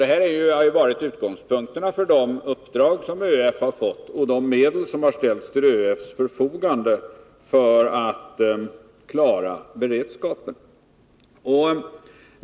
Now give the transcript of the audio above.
Detta har varit utgångspunkterna för de uppdrag som ÖEF har fått och de medel som har ställts till ÖEF:s förfogande för att klara beredskapen.